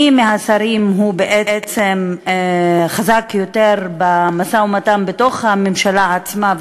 מי מהשרים בעצם חזק יותר במשא-ומתן בתוך הממשלה עצמה,